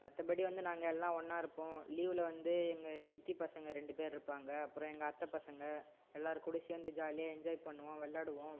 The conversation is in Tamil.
மத்தபடி வந்து நாங்கள் எல்லாம் ஒன்னாக இருப்போம் லீவில் வந்து எங்கள் சித்திப் பசங்கள் ரெண்டு பேர் இருப்பாங்க அப்புறம் எங்கள் அத்தைப் பசங்கள் எல்லோர் கூடயும் சேர்ந்து ஜாலியாக என்ஜாய் பண்ணுவோம் விளாடுவோம்